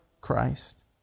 Christ